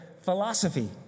philosophy